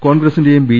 കോൺഗ്രസ്സി ന്റെയും ബി